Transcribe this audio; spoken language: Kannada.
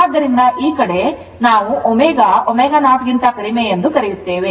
ಆದ್ದರಿಂದ ಈ ಕಡೆ ಇಲ್ಲಿ ನಾವು ω ω0 ಗಿಂತ ಕಡಿಮೆ ಎಂದು ಕರೆಯುತ್ತೇವೆ